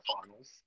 finals